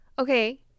okay